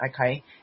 okay